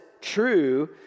true